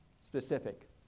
specific